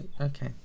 Okay